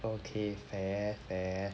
okay fair fair